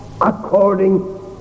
according